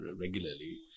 regularly